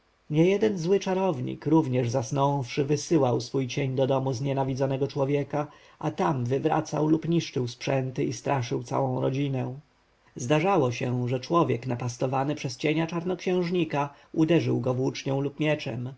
sprawozdanie niejeden zły czarownik również zasnąwszy wysyłał swój cień do domu nienawidzonego człowieka a tam wywracał lub niszczył sprzęty i straszył całą rodzinę zdarzało się że człowiek napastowany przez cienia czarnoksiężnika uderzał go włócznią lub mieczem